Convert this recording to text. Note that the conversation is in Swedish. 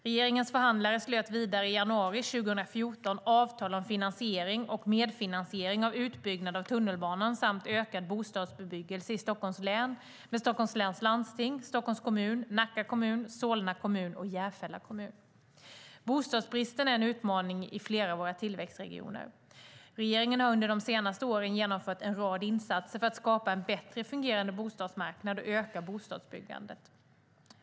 Regeringens förhandlare slöt vidare i januari 2014 avtal om finansiering och medfinansiering av utbyggnad av tunnelbanan samt ökad bostadsbebyggelse i Stockholms län med Stockholms läns landsting, Stockholms kommun, Nacka kommun, Solna kommun och Järfälla kommun. Bostadsbristen är en utmaning i flera av våra tillväxtregioner. Regeringen har under de senaste åren genomfört en rad insatser för att skapa en bättre fungerande bostadsmarknad och öka bostadsbyggandet.